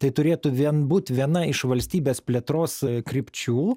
tai turėtų vien būti viena iš valstybės plėtros krypčių